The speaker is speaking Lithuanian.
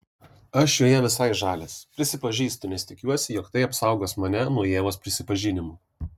aš joje visai žalias prisipažįstu nes tikiuosi jog tai apsaugos mane nuo ievos prisipažinimų